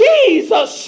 Jesus